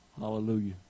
Hallelujah